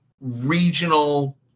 regional